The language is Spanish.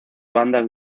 bandas